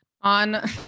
On